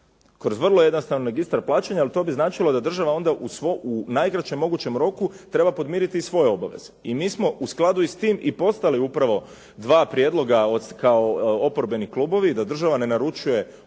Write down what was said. Kroz vrlo jednostavan registar plaćanja ali to bi značilo da država onda u najkraćem mogućem roku treba podmiriti i svoje obaveze. I mi smo u skladu i sa tim i poslali upravo dva prijedloga kao oporbeni klubovi da država ne naručuje ono